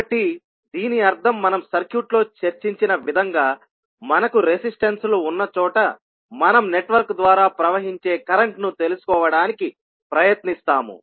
కాబట్టి దీని అర్థం మనం సర్క్యూట్లో చర్చించిన విధంగా మనకు రెసిస్టెన్స్ లు ఉన్న చోట మనం నెట్వర్క్ ద్వారా ప్రవహించే కరెంట్ ను తెలుసుకోవడానికి ప్రయత్నిస్తాము